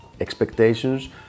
Expectations